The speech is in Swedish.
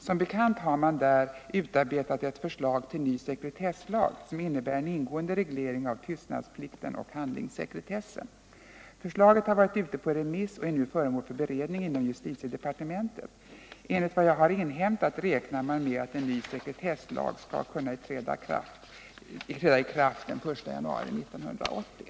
Som bekant har man där utarbetat ett förslag till ny sekretesslag som innebär en ingående reglering av tystnadsplikten och handlingssekretessen. Förslaget har varit ute på remiss och är nu föremål för beredning inom justitiedepartementet. Enligt vad jag har inhämtat räknar man med att en ny sekretesslag skall kunna träda i kraft den 1 januari 1980.